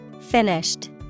Finished